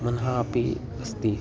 मनः अपि अस्ति